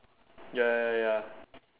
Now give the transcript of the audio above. ya ya ya ya